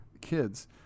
kids